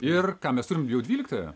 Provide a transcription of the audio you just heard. ir ką mes turim jau dvyliktąją